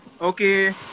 Okay